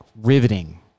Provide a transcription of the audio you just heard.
riveting